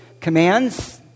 commands